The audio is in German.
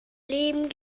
leben